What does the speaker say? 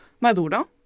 Maduro